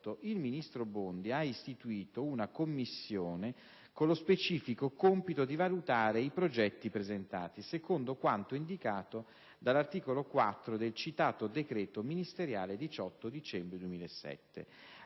il ministro Bondi ha istituito una commissione con lo specifico compito di valutare i progetti presentati, secondo quanto indicato dall'articolo 4 del citato decreto ministeriale del 18 dicembre 2007.